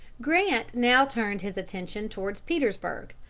grant now turned his attention towards petersburg,